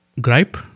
gripe